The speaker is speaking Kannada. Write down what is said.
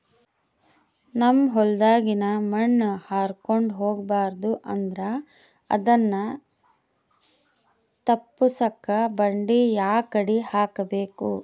ನಮ್ ಹೊಲದಾಗಿನ ಮಣ್ ಹಾರ್ಕೊಂಡು ಹೋಗಬಾರದು ಅಂದ್ರ ಅದನ್ನ ತಪ್ಪುಸಕ್ಕ ಬಂಡಿ ಯಾಕಡಿ ಹಾಕಬೇಕು?